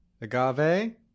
Agave